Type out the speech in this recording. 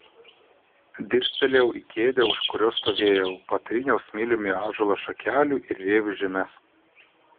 dirstelėjau į kėdę už kurios stovėjau patryniau smiliumi ąžuolo šakelių ir rievių žymes